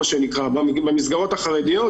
במסגרות החרדיות,